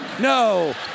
No